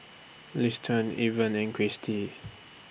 Liston Irven and Kristie